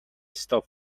stop